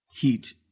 heat